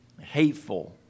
hateful